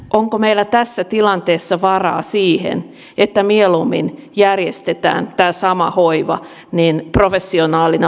onko meillä tässä tilanteessa juuri mitään että mieluummin järjestetään tämä sama hoiva professionaalina palkkatyönä